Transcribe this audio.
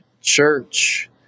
church